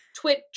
Twitch